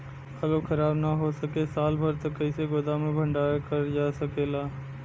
आलू खराब न हो सके साल भर तक कइसे गोदाम मे भण्डारण कर जा सकेला?